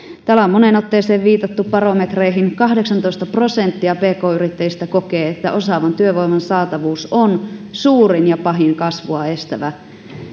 täällä on moneen otteeseen viitattu barometreihin kahdeksantoista prosenttia pk yrittäjistä kokee että osaavan työvoiman saatavuus on suurin ja pahin kasvua estävä